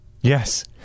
yes